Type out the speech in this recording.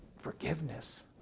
forgiveness